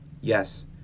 Yes